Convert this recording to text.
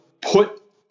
put